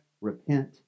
repent